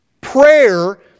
Prayer